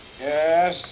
Yes